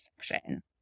section